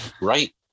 right